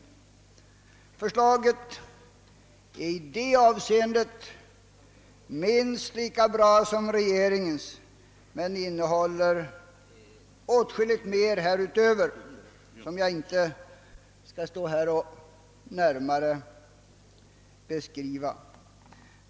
Vårt förslag är i detta avseende minst lika bra som regeringens men innehåller åtskilligt därutöver, som jag inte nu återigen skall närmare beskriva.